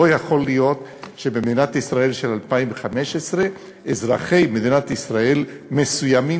לא יכול להיות שבמדינת ישראל של 2015 אזרחי מדינת ישראל מסוימים,